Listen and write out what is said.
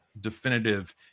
definitive